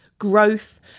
growth